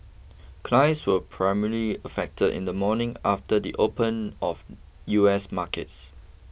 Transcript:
clients were primarily affected in the morning after the open of U S markets